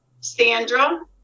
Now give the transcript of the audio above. Sandra